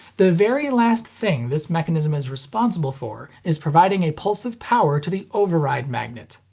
the very last thing this mechanism is responsible for is providing a pulse of power to the override magnet.